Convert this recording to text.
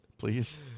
Please